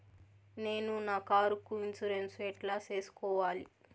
నేను నా కారుకు ఇన్సూరెన్సు ఎట్లా సేసుకోవాలి